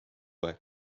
aeg